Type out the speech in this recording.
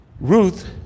ruth